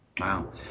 Wow